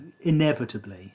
inevitably